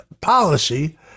policy